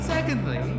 Secondly